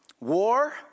War